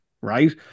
right